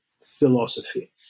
philosophy